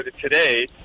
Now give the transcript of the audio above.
today